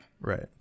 right